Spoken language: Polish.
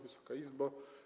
Wysoka Izbo!